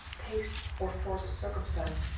taste, or force of circumstance.